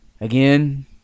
Again